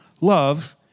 love